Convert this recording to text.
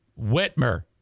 whitmer